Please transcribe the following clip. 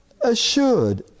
assured